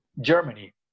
germany